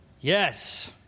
Yes